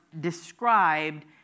described